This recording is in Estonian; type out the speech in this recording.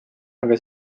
aga